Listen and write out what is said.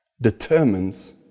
determines